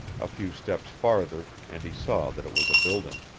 a few steps farther and he saw that it was a building.